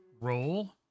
Roll